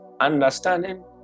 understanding